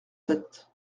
sept